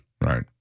Right